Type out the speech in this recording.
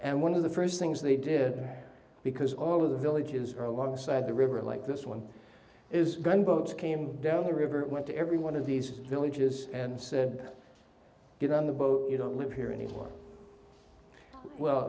and one of the first things they did because all of the villages are alongside the river like this one is gunboats came down the river went to every one of these villages and said get on the boat you don't live here anymore well